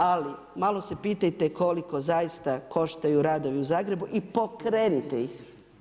Ali, malo se pitajte, koliko zaista koštaju radovi u Zagrebu i pokrenite ih.